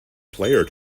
player